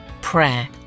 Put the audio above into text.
prayer